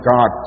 God